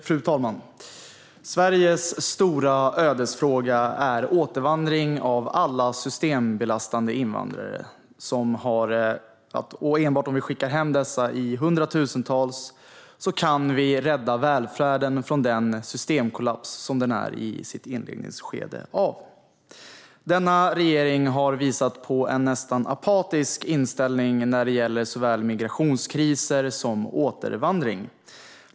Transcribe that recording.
Fru talman! Sveriges stora ödesfråga är återvandring av alla systembelastande invandrare. Enbart om vi skickar hemma dessa i hundratusental kan vi rädda välfärden från den systemkollaps som den är i sitt inledningsskede av. Denna regering har visat på en nästan apatisk inställning när det gäller såväl migrationskriser som återvandring.